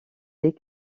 des